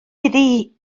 iddi